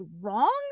wrong